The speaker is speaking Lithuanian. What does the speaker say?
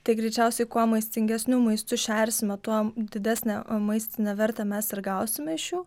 tai greičiausiai kuo maistingesniu maistu šersime tuo didesnę a maistinę vertę mes ir gausime iš jų